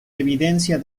evidencia